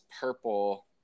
purple